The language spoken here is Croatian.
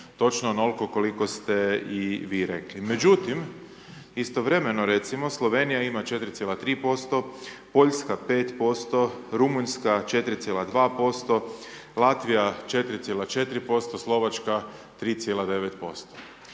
točno onol'ko koliko ste i vi rekli. Međutim, istovremeno recimo, Slovenija ima 4,3%, Poljska 5%, Rumunjska 4,2%, Latvija 4,4%, Slovačka 3,9%.